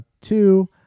Two